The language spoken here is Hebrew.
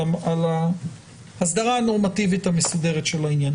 ברביזיה על הוצאת צו המועצות המקומיות (עבירות קנס),